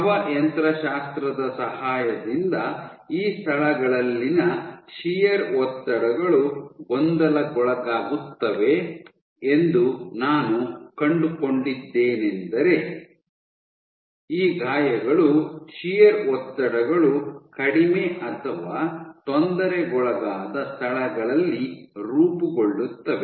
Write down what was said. ದ್ರವ ಯಂತ್ರಶಾಸ್ತ್ರದ ಸಹಾಯದಿಂದ ಈ ಸ್ಥಳಗಳಲ್ಲಿನ ಶಿಯರ್ ಒತ್ತಡಗಳು ಗೊಂದಲಕ್ಕೊಳಗಾಗುತ್ತವೆ ಎಂದು ನಾನು ಕಂಡುಕೊಂಡಿದ್ದೇನೆಂದರೆ ಈ ಗಾಯಗಳು ಶಿಯರ್ ಒತ್ತಡಗಳು ಕಡಿಮೆ ಅಥವಾ ತೊಂದರೆಗೊಳಗಾದ ಸ್ಥಳಗಳಲ್ಲಿ ರೂಪುಗೊಳ್ಳುತ್ತವೆ